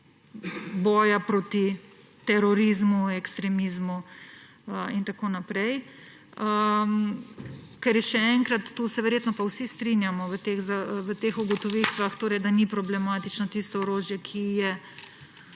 boja proti terorizmu, ekstremizmu in tako naprej. Še enkrat, to se pa verjetno vsi strinjamo v teh ugotovitvah, da ni problematično tisto orožje, ki je